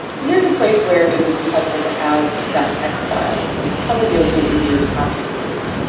here's a place where it would be helpful to have that text files and probably be a little easier to copy and paste.